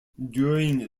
during